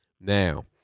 Now